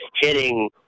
hitting